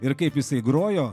ir kaip jisai grojo